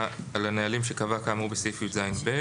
על הנהלים שקבע כאמור בסעיף יז(ב).